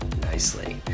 nicely